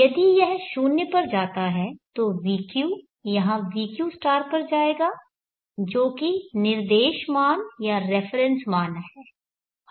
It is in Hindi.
यदि यह 0 पर जाता है तो vq यहाँ vq पर जाएगा जो कि निर्देश मान या रेफरेंस मान है